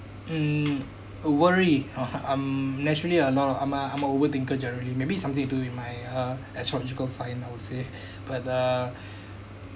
mm worry uh um naturally a lot of I'm a I'm a over thinker generally maybe something to do with my uh astrological sign I would say but uh